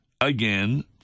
Again